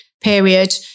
period